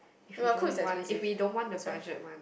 if we don't want if we don't want the budget one